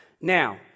Now